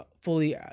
fully